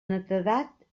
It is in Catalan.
netedat